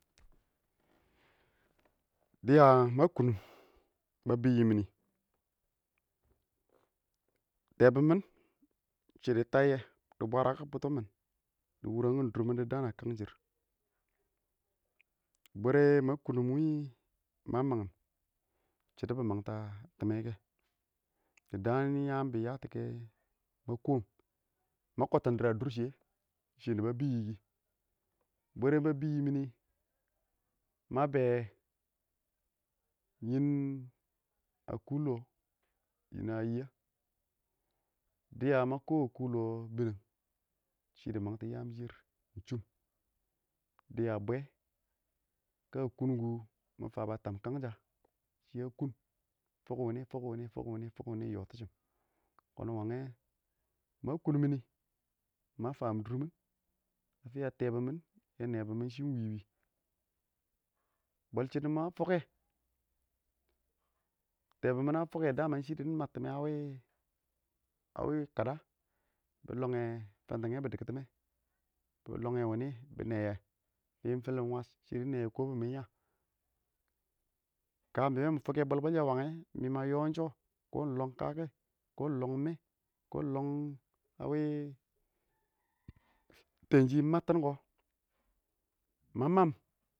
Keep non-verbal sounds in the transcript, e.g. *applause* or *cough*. dɪya ma kʊnʊn ba biyimi nɪ tɛebinmin shidi tayyɛ di bwarabʊtʊmɪn di wuangkin dur mɪn, ɪng shɔ dɪ taiyɛ, bwarɛ ma kʊnʊng wɪ ma maching shadi bɪ mangtɔ a dʊr time kɛ dɪ daan yan bɪ yatɔ kɛ ma kʊn ma kɔttin dʊsrshiyɛ ɪng shɪn nibo boyye ma bɛɛ yɪn kʊ lɔ niyɛ yɛ dɪya ma kɔɔm kʊ lɔ binəng shidi mangtɔ yama shiyɛ ɪng shʊm. dɪya bwɛ ka kʊn kʊ ma fa ba tab kangsha shɪya kun fʊk wini fʊk wini ɪng yɔtishim, kʊn mangɛ, ma kʊn mini ma fam dʊrmin dɪya tɛɛbumɪn yɛ nɛɛbʊmɪn shɪn ɪng wɪ wɪ bɔl shɪdɔ ma fʊkɛ, tɛɛbin mɪn shɪya fʊk kɛ *unintelligible* shɪ dɪ mantimɛ a wɪ kada bɪ lɔngɛ fɛntɛnge bɪ diktimɛ bɪ lɔnge wini bɪ nɛ ye fɪn fɪlɪn wash ɪng shi di nɛ yɛ kɔbʊ mɪ ya, ka bɛ mɪ fʊk kɛ bwel bwel shɛ wangɛ mɪ ma yɔ ɪng shɔ kɔ ɪng lɔng kakɛ kɔ ɪng lɔng mɛɛ kɔ ɪng lɔng a wɪ tɛnshi ɪng mattin kɔ, ma mam.